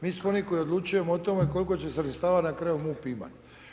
Mi smo oni koji odlučujemo o tome, koliko će sredstava na kraju MUP imati.